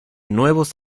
nuevos